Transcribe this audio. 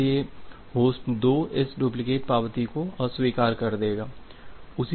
इसलिए होस्ट 2 इस डुप्लिकेट पावती को अस्वीकार कर देगा